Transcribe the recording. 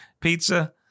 pizza